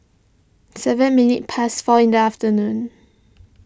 seven minutes past four in the afternoon